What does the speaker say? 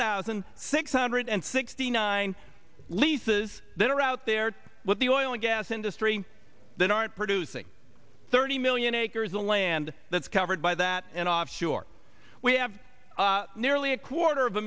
thousand six hundred and sixty nine leases that are out there with the oil and gas industry that aren't producing thirty million acres of land that's covered by that and offshore we have nearly a quarter of a